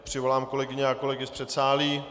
Přivolám kolegyně a kolegy z předsálí.